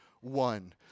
one